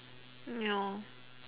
no